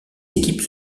équipes